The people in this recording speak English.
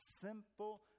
simple